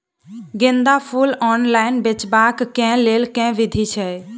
गेंदा फूल ऑनलाइन बेचबाक केँ लेल केँ विधि छैय?